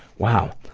wow!